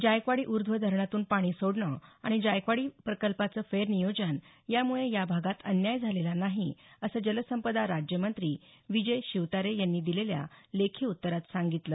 जायकवाडी उर्ध्व धरणातून पाणी सोडणं आणि जायकवाडी प्रकल्पाचं फेर नियोजन यामुळे या भागात अन्याय झालेला नाही असं जलसंपदा राज्यमंत्री विजय शिवतारे यांनी दिलेल्या लेखी उत्तरात सांगितलं